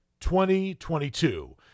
2022